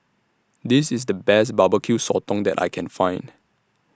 This IS The Best Barbecue Sotong that I Can Find